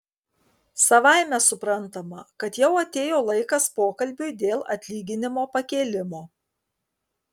savaime suprantama kad jau atėjo laikas pokalbiui dėl atlyginimo pakėlimo